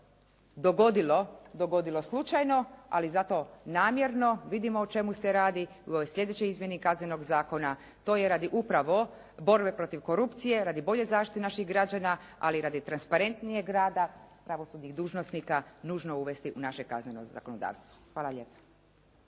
to nije dogodilo slučajno, ali zato namjerno vidimo o čemu se radi, u ovoj sljedećoj izmjeni Kaznenog zakona, to je radi upravo borbe protiv korupcije, radi bolje zaštite naših građana, ali radi transparentnijeg rada pravosudnih dužnosnika nužno uvesti u naše kazneno zakonodavstvo. Hvala lijepa.